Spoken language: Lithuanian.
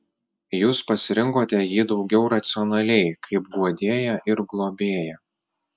jūs pasirinkote jį daugiau racionaliai kaip guodėją ir globėją